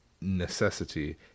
necessity